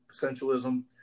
Essentialism